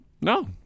No